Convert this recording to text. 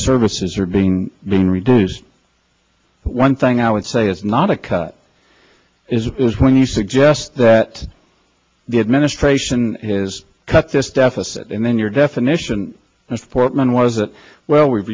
services are being being reduced one thing i would say is not a cut is when you suggest that the administration has cut this deficit and then your definition of portman was that well we've